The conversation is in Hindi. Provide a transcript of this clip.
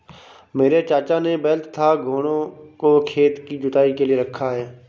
मेरे चाचा ने बैल तथा घोड़ों को खेत की जुताई के लिए रखा है